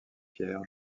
pierre